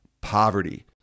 poverty